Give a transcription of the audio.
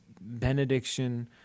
benediction